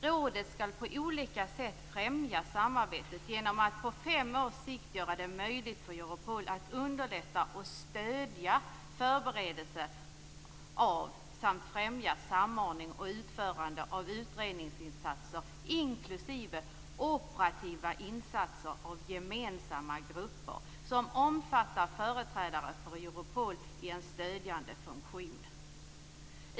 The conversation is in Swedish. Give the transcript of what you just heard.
Rådet skall på olika sätt främja samarbetet genom att på fem års sikt göra det möjligt för Europol att underlätta och stödja förberedelse av, samt främja samordning och utförande av, utredningsinsatser inklusive operativa insatser av gemensamma grupper som omfattar företrädare för Europol i en stödjande funktion.